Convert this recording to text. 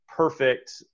perfect